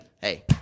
Hey